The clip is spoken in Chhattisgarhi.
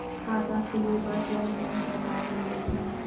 खाता खुले बार कोन कोन सा कागज़ लगही?